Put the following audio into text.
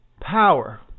Power